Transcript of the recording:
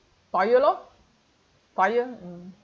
fire lor fire mm